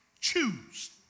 choose